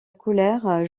colère